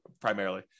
primarily